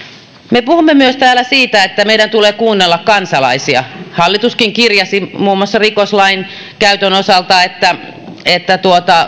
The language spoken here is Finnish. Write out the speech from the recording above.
me puhumme täällä myös siitä että meidän tulee kuunnella kansalaisia hallituskin kirjasi muun muassa rikoslain käytön osalta että että